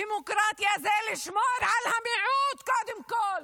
דמוקרטיה זה לשמור על המיעוט קודם כול,